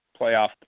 playoff